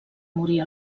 morir